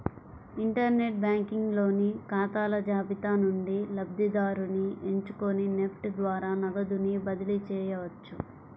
inter net banking లోని ఖాతాల జాబితా నుండి లబ్ధిదారుని ఎంచుకొని నెఫ్ట్ ద్వారా నగదుని బదిలీ చేయవచ్చు